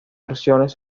versiones